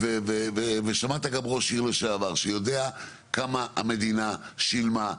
ושמעת גם ראש עיר לשעבר שיודע כמה המדינה שילמה.